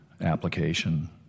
application